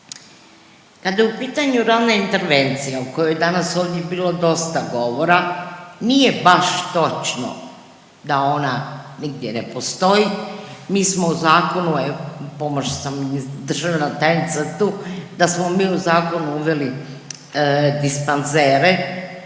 Kada je u pitanju rana intervencija o kojoj je danas ovdje bilo dosta govora, nije baš točno da ona nigdje ne postoji. Mi smo u zakonu .../Govornik se ne razumije./... državna tajnica tu da smo mi u zakonu uveli dispanzere